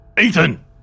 Ethan